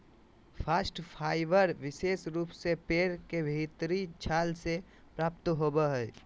bast fibre विशेष रूप से पेड़ के भीतरी छाल से प्राप्त होवो हय